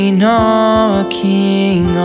knocking